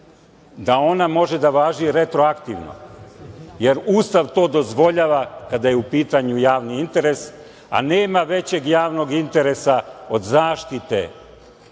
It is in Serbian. da ona može da važi retroaktivno, jer Ustav to dozvoljava kada je u pitanju javni interes. Nema većeg javnog interesa od zaštite